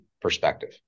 perspective